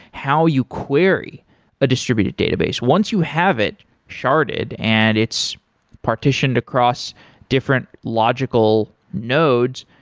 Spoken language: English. how you query a distributed database. once you have it sharded and it's partitioned across different logical nodes,